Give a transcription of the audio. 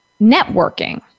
networking